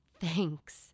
Thanks